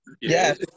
Yes